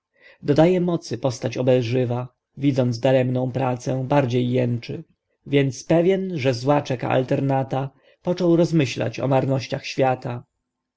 dodaje mocy postać obelżywa widząc daremną pracę bardziej jęczy więc pewien że zła czeka alternata począł rozmyślać o marnościach świata